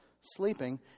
sleeping